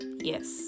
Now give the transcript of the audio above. yes